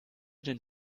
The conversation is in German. den